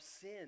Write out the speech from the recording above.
sin